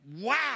wow